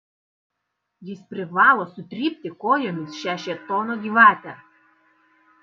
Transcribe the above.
jis privalo sutrypti kojomis šią šėtono gyvatę